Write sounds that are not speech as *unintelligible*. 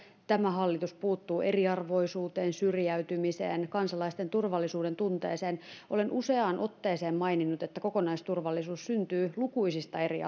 tämä hallitus puuttuu eriarvoisuuteen syrjäytymiseen kansalaisten turvallisuudentunteeseen olen useaan otteeseen maininnut että kokonaisturvallisuus syntyy lukuisista eri *unintelligible*